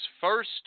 first